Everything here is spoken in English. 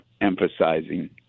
emphasizing